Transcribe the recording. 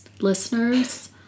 listeners